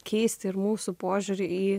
keisti ir mūsų požiūrį į